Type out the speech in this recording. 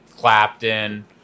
Clapton